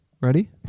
ready